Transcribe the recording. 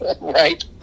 Right